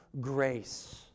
grace